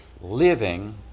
Living